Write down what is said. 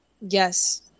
Yes